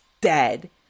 dead